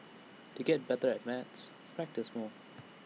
to get better at maths practise more